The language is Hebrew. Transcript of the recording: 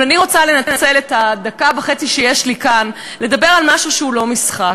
אבל אני רוצה לנצל את הדקה וחצי שיש לי כאן לדבר על משהו שהוא לא משחק,